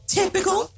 typical